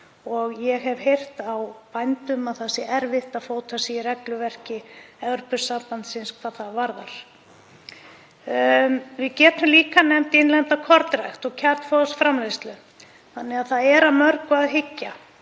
og ég hef heyrt á bændum að það sé erfitt að fóta sig í regluverki Evrópusambandsins hvað það varðar. Við getum líka nefnt innlenda kornrækt og kjarnfóðursframleiðslu, þannig að það er að mörgu að hyggja.